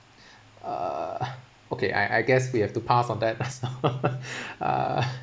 uh okay I I guess we have to pass on that